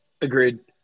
Agreed